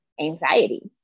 anxiety